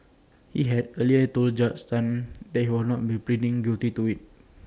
he had earlier told Judge Tan that he would not be pleading guilty to IT